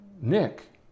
Nick